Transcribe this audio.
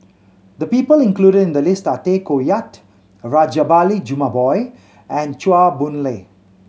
the people included in the list are Tay Koh Yat Rajabali Jumabhoy and Chua Boon Lay